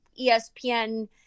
ESPN